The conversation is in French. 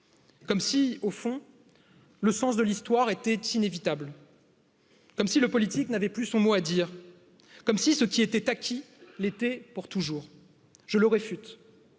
comme si, au fond, le sens de l'histoire était inévitable, comme sii, le politique n'avait plus son mot à dire, comme si ce qui était acquis l'était pour toujours je le réfute